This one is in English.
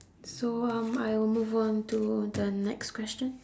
so um I'll move on to the next question